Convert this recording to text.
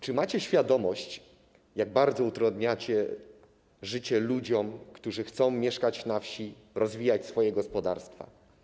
Czy macie świadomość, jak bardzo utrudniacie życie ludziom, którzy chcą mieszkać na wsi, rozwijać swoje gospodarstwa?